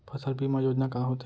फसल बीमा योजना का होथे?